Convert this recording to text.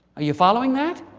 are you following that?